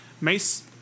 Mace